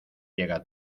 llega